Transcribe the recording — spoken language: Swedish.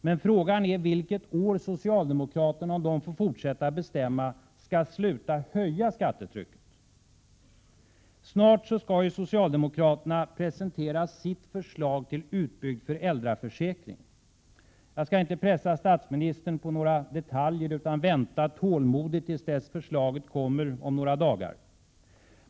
Men frågan är vilket år socialdemokraterna, om de får fortsätta att bestämma, skall sluta höja skattetrycket. Snart skall socialdemokraterna presentera sitt förslag till utbyggd föräldraförsäkring. Jag skall inte pressa statsministern på några detaljer utan väntar tålmodigt tills förslaget kommer om några dagar.